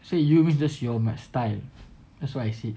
say you always means just your style that's what I said